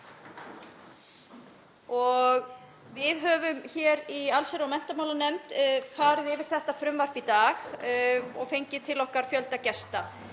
Við höfum í allsherjar- og menntamálanefnd farið yfir þetta frumvarp í dag og fengið til okkar fjölda gesta.